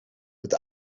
het